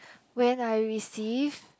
when I received